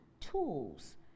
tools